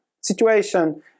situation